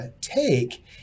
take